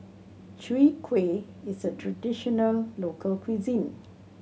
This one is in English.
Chwee Kueh is a traditional local cuisine